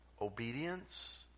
obedience